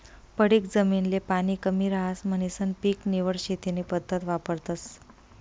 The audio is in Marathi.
पडीक जमीन ले पाणी कमी रहास म्हणीसन पीक निवड शेती नी पद्धत वापरतस